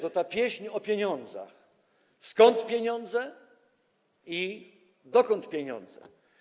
To ta pieśń o pieniądzach, skąd pieniądze i dokąd pieniądze.